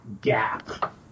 gap